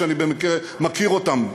שאני במקרה מכיר אותם,